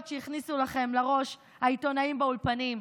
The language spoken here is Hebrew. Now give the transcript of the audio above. שהכניסו לכם לראש העיתונאים באולפנים.